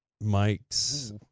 mike's